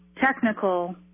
technical